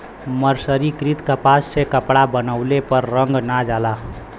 मर्सरीकृत कपास से कपड़ा बनवले पर रंग ना जाला